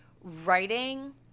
Writing